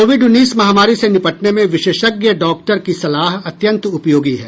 Covid उन्नीस महामारी से निपटने में विशेषज्ञ डॉक्टर की सलाह अत्यंत उपयोगी है